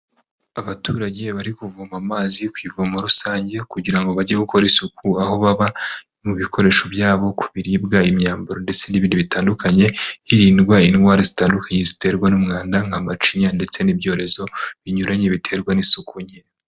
Abaturage bari kuvoma amazi ku ivomo rusange, kugira ngo bajye gukora isuku aho baba, mu bikoresho byabo, ku biribwa, imyambaro, ndetse n'ibindi bitandukanye, hirindwa indwara zitanduruye ziterwa n'umwanda, nka macinya, ndetse n'ibyorezo binyuranye biterwa n'isuku nke.